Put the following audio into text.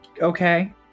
Okay